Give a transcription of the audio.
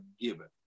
given